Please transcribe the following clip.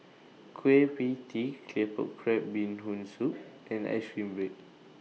Kueh PIE Tee Claypot Crab Bee Hoon Soup and Ice Cream Bread